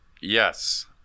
yes